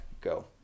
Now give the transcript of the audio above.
go